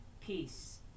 peace